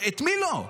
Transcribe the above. את מי לא?